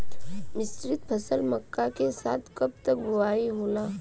मिश्रित फसल मक्का के साथ कब तक बुआई होला?